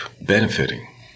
benefiting